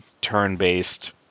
turn-based